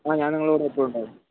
അ ഞാൻ നിങ്ങളുടെ കൂടെ എപ്പോഴും ഉണ്ടാകും